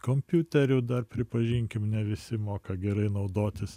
kompiuteriu dar pripažinkim ne visi moka gerai naudotis